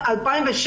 ב-2016